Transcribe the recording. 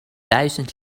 duizend